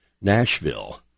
Nashville